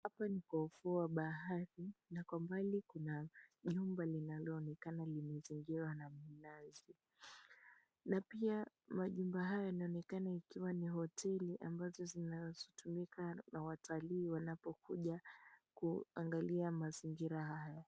Hapa ni kwa ufuo wa bahari na kwa mbali kuna jumba linaloonekana limezingirwa na minazi na pia majumba hayo yanaonekana ikiwa ni hoteli ambazo zinatumika na wataalii wanapokuja kuaangalia mazingira haya.